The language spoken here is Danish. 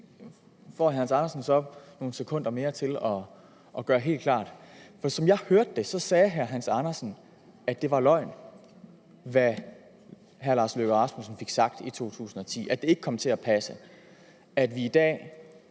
det får hr. Hans Andersen så nogle sekunder mere til at gøre helt klart. For som jeg hørte det, sagde hr. Hans Andersen, at det var løgn, hvad hr. Lars Løkke Rasmussen fik sagt i 2010, altså at det ikke kom til at passe,